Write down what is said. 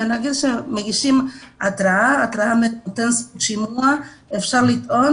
מבקשים התראה, אפשר לטעון